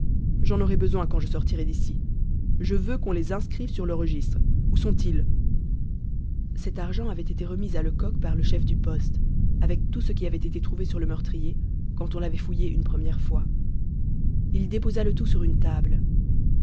j'en aurai besoin quand je sortirai d'ici je veux qu'on les inscrive sur le registre où sont-ils cet argent avait été remis à lecoq par le chef du poste avec tout ce qui avait été trouvé sur le meurtrier quand on l'avait fouillé une première fois il déposa le tout sur une table